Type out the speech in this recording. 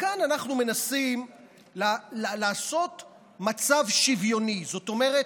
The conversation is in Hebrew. כאן אנחנו מנסים לעשות מצב שוויוני, זאת אומרת,